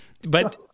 But-